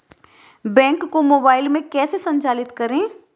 Bank को mobile में कैसे संचालित करें?